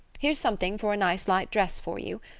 here's something for a nice light dress for you.